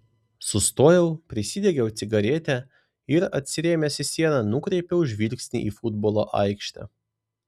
sustojau prisidegiau cigaretę ir atsirėmęs į sieną nukreipiau žvilgsnį į futbolo aikštę